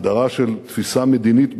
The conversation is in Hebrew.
בהחדרה של תפיסה מדינית בתוכו,